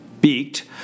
beaked